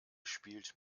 spielt